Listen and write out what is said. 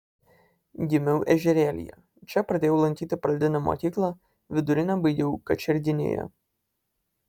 gimiau ežerėlyje čia pradėjau lankyti pradinę mokyklą vidurinę baigiau kačerginėje